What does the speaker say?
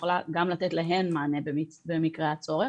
שיכולה גם לתת להן מענה במקרה הצורך,